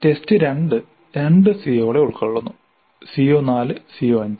test 2 രണ്ടു CO കലെ ഉൾകൊള്ളുന്നു CO4 CO5